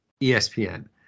ESPN